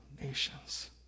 nations